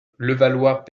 levallois